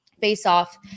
face-off